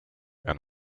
and